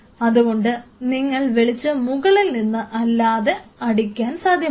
അതുകൊണ്ട് നിങ്ങൾക്ക് വെളിച്ചം മുകളിൽനിന്ന് അല്ലാതെ അടിക്കാൻ സാധ്യമല്ല